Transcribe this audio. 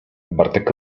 bartek